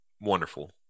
Wonderful